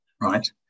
right